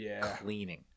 cleaning